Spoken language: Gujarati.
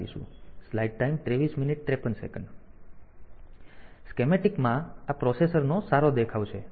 તેથી સ્કેમેટિક માં આ પ્રોસેસર નો સારો દેખાવ છે